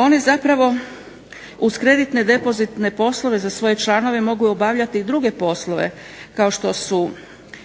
One zapravo uz kreditne depozitne poslove za svoje članove mogu obavljati i druge poslove kao što su